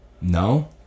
No